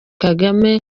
kagame